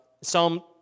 Psalm